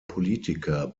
politiker